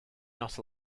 not